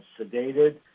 sedated